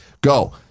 go